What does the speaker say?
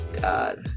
God